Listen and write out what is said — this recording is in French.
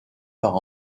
par